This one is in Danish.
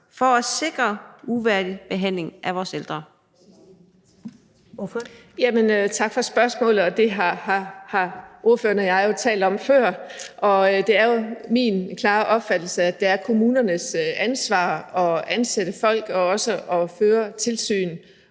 Ordføreren. Kl. 19:36 Birgitte Vind (S): Tak for spørgsmålet. Det har ordføreren og jeg jo talt om før. Og det er min klare opfattelse, at det er kommunernes ansvar at ansætte folk og også at føre tilsyn.